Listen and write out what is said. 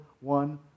one